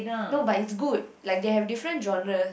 no but it's good like they have different genres